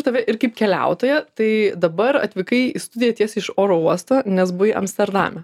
tave ir kaip keliautoją tai dabar atvykai į studiją tiesiai iš oro uosto nes buvai amsterdame